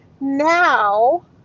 Now